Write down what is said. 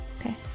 Okay